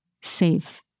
safe